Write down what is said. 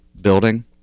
building